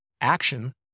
action